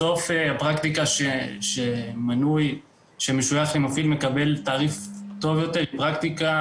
בסוף פרקטיקה שמנוי שמשויך למפעיל מקבל תעריף טוב יותר היא פרקטיקה